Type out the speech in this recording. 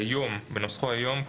בנוסחו היום,